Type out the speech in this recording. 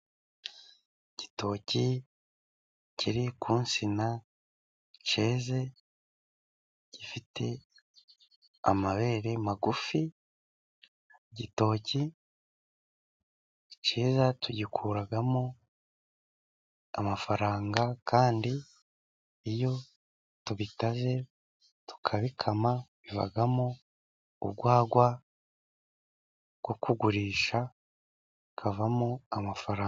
Igitoki kiri ku nsina keze gifite amabere magufi. Igitoki kiza tugikuraramo amafaranga kandi iyo tubitaze tukabikama bivamo urwagwa rwo kugurisha hakavamo amafaranga.